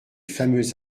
fameux